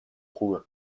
خوبه